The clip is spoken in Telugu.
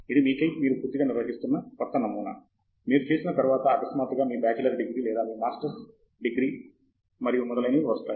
ఇది మీకై మీరు పూర్తిగా నిర్వహిస్తున్న క్రొత్త నమూనా మీరు చేసిన తర్వాత అకస్మాత్తుగా మీ బ్యాచిలర్ డిగ్రీ లేదా మీ మొదటి మాస్టర్స్ డిగ్రీ మరియు మొదలైనవి వస్తాయి